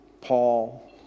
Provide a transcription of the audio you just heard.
Paul